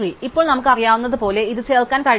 ഇപ്പോൾ നമുക്കറിയാവുന്നതുപോലെ ഇത് ചേർക്കാൻ കഴിയില്ല